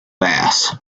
bass